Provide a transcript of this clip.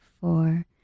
four